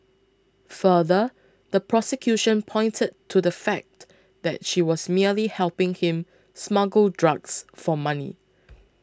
further the prosecution pointed to the fact that she was merely helping him smuggle drugs for money